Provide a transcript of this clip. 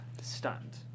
stunned